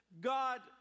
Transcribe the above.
God